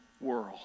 world